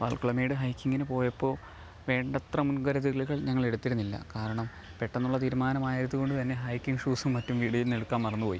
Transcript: പാൽക്കുളമേട് ഹൈക്കിംഗിന് പോയപ്പോൾ വേണ്ടത്ര മുൻകരുതലുകൾ ഞങ്ങളടുത്തിരുന്നില്ല കാരണം പെട്ടെന്നുള്ള തീരുമാനമായതു കൊണ്ടു തന്നെ ഹൈക്കിംഗ് ഷൂസും മറ്റും വീടുന്നെടുക്കാൻ മറന്നു പോയി